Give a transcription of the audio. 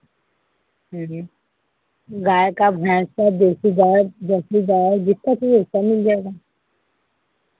गाय का भैंस का देसी गाय जर्सी गाय जिसका चाहिए उसका मिल जाएगा